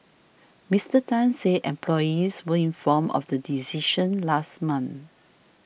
Mister Tan said employees were informed of the decision last month